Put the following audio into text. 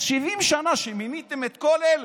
אז 70 שנה, כשמיניתם את כל אלה,